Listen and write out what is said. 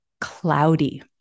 cloudy